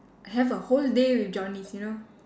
I have a whole day with Johnny's you know